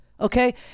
Okay